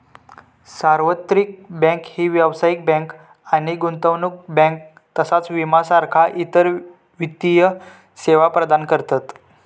सार्वत्रिक बँक ही व्यावसायिक बँक आणि गुंतवणूक बँक तसाच विमा सारखा इतर वित्तीय सेवा प्रदान करतत